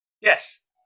yes